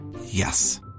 Yes